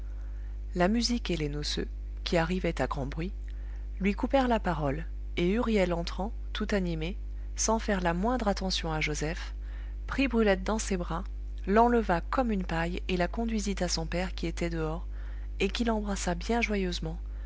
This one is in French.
la musique et les noceux qui arrivaient à grand bruit lui coupèrent la parole et huriel entrant tout animé sans faire la moindre attention à joseph prit brulette dans ses bras l'enleva comme une paille et la conduisit à son père qui était dehors et qui l'embrassa bien joyeusement